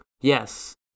Yes